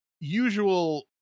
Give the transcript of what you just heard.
usual